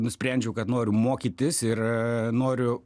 nusprendžiau kad noriu mokytis ir noriu